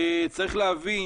צריך להבין,